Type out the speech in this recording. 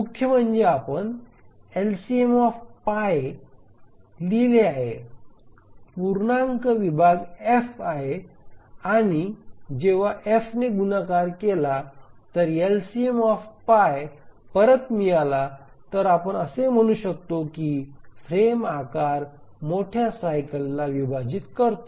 मुख्य म्हणजे आपण LCM लिहिले आहे पूर्णांक विभाग f आहे आणि जेव्हा f ने गुणाकार केला तर LCM परत मिळाला तर आपण असे म्हणू शकतो की फ्रेम आकार मोठ्या सायकलला विभाजित करतो